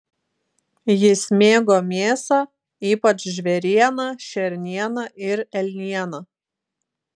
jis mėgo mėsą ypač žvėrieną šernieną ir elnieną